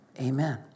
Amen